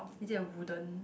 is it a wooden